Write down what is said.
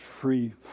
free